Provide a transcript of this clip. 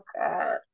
god